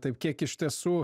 taip kiek iš tiesų